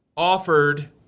Offered